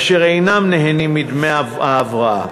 אשר אינם נהנים מדמי ההבראה.